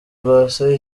rwasa